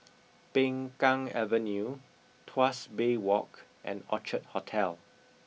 Peng Kang Avenue Tuas Bay Walk and Orchard Hotel